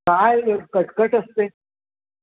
काय एक कटकट असते